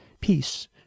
peace